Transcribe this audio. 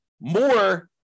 more